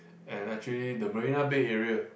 and actually the Marina Bay area